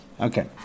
Okay